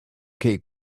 keep